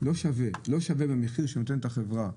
לא שווה במחיר שנותנת החברה.